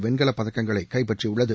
வெண்கலப் பதக்கங்களை கைப்பற்றியுள்ளது